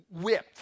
whipped